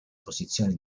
posizioni